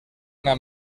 una